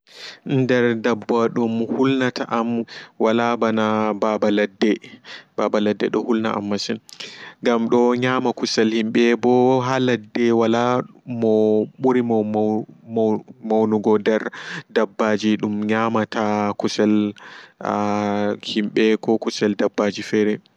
Nder daɓɓawa dum hulnata am wala ɓana ɓaɓa ladde ɓaɓa ladde do hulna am masin gam do nyama kusel himɓe ɓo ha ladde wala mo murimo mo mo mo mo monugo deer daɓɓaji dum nyamata a kusel himɓe ko kusel daɓɓaji fere.